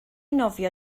nofio